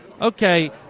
Okay